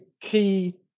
key